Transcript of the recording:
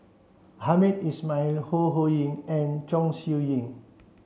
Hamed Ismail Ho Ho Ying and Chong Siew Ying